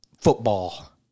football